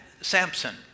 Samson